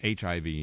HIV